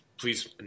please